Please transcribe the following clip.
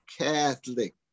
Catholic